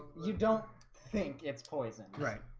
you don't think it's poison right?